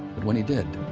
but when he did,